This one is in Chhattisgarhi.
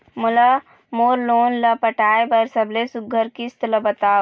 मोला मोर लोन ला पटाए बर सबले सुघ्घर किस्त ला बताव?